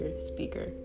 speaker